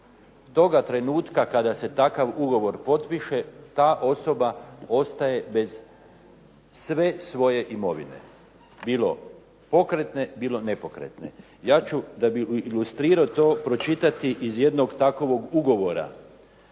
toga trenutka kada se takav ugovor potpiše, ta osoba ostaje bez sve svoje imovine, bilo pokretne, bilo nepokretne. Ja ću da bi ilustrirao to pročitati iz jednog takvog ugovora.